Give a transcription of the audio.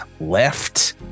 left